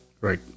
Right